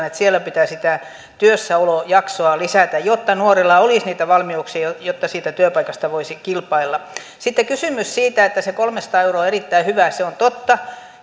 että siellä pitää sitä työssäolojaksoa lisätä jotta nuorilla olisi niitä valmiuksia jotta siitä työpaikasta voisi kilpailla sitten kysymys siitä että se kolmesataa euroa on erittäin hyvä se on totta